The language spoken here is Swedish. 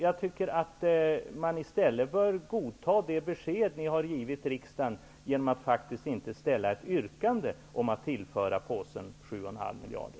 I stället bör man acceptera det besked som ni har givit riksdagen genom att inte framställa något yrkande om att tillföra påsen 7,5 miljarder.